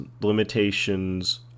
limitations